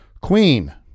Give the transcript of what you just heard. Queen